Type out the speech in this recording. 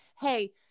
Hey